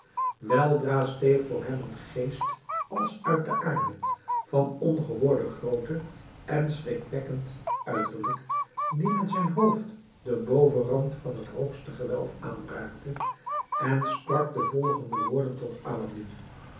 weldra steeg voor hem een geest als uit de aarde van ongehoorde grootte en schrikwekkend uiterlijk die met zijn hoofd den bovenrand van t hoogste gewelf aanraakte en sprak de volgende woorden tot aladdin